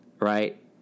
right